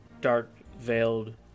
dark-veiled